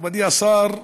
מכובדי השר,